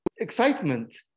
excitement